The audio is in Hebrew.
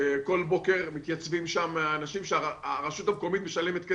שכל בוקר מתייצבים שם אנשים שהרשות המקומית משלמת להם כסף,